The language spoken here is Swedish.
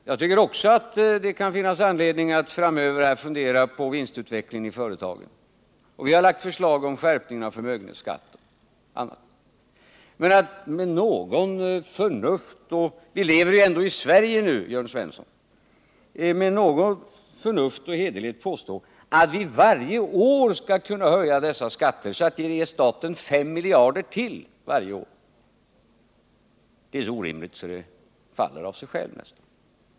Jag tycker också att det kan finnas anledning att framöver fundera på vinstutvecklingen i företagen — och vi har lagt fram förslag om skärpning av förmögenhetsskatten — men vi lever ändå i Sverige nu, Jörn Svensson. Att med anspråk på något mått av förnuft och hederlighet påstå att vi årligen skall kunna höja skatterna så att de ger staten 5 miljarder till varje år går inte — det faller nästan på sin egen orimlighet.